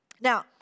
Now